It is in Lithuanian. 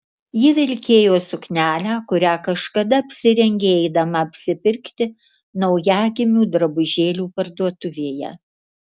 ji vilkėjo suknelę kurią kažkada apsirengė eidama apsipirkti naujagimių drabužėlių parduotuvėje